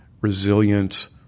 resilient